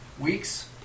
weeks